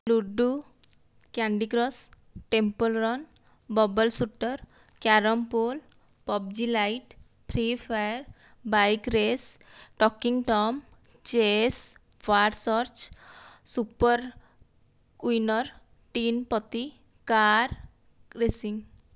ludo Candy Crush Temple Run Bubble Shooter Carrom Pool PUBG Lite Free Fire Bike Race Talking Tom Chess War Search Super Winner Teen Patti car racing